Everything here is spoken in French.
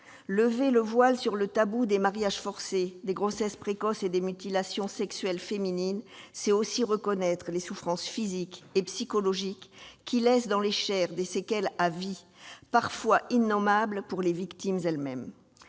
Lever le voile sur le tabou des mariages forcés, des grossesses précoces et des mutilations sexuelles féminines, c'est aussi reconnaître les souffrances physiques et psychologiques qui laissent dans les chairs des séquelles à vie, parfois innommables pour les victimes elles-mêmes.